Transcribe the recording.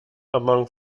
among